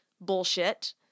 bullshit